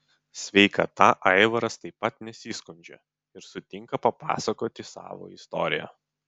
sveikata aivaras taip pat nesiskundžia ir sutinka papasakoti savo istoriją